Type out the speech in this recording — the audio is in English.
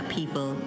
people